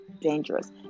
dangerous